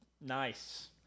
Nice